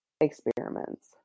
experiments